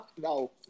No